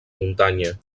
muntanya